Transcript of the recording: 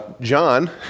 John